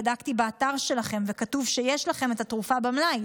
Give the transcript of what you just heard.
בדקתי באתר שלכם וכתוב שיש לכם את התרופה במלאי.